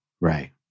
Right